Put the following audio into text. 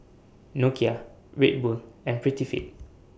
Nokia Red Bull and Prettyfit